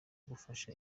gufasha